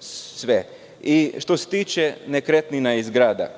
sve. Što se tiče nekretnina i zgrada,